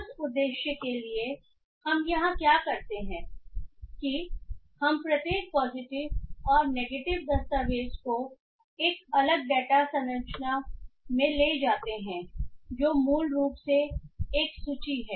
उस उद्देश्य के लिए हम यहां क्या करते हैं कि हम प्रत्येक पॉजिटिव और नेगेटिव दस्तावेज को एक अलग डेटा संरचना में ले जाते हैं जो मूल रूप से एक सूची है